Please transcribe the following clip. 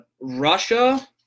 Russia